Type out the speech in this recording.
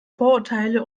vorurteile